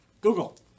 google